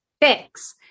fix